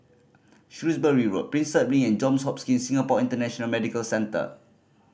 Shrewsbury Road Prinsep Link and Johns Hopkins Singapore International Medical Centre